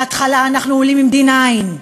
בהתחלה אנחנו עולים עם 9D,